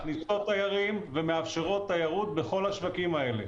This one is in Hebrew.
שמכניסות תיירות ומאפשרות תיירות בכל השווקים האלה.